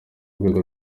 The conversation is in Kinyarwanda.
rwego